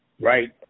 Right